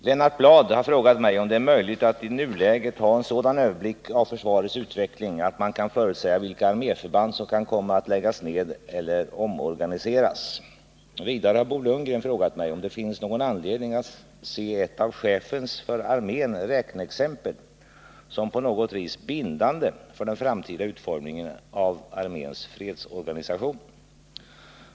Herr talman! Lennart Bladh har frågat mig om det är möjligt att i nuläget ha en sådan överblick av försvarets utveckling att man kan förutsäga vilka arméförband som kan komma att läggas ned eller omorganiseras. Vidare har Bo Lundgren frågat mig om det finns någon anledning att se ett av chefens för armén räkneexempel som på något vis bindande för den framtida utformningen av arméns fredsorganisation.